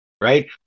Right